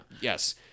Yes